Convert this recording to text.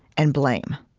and blame.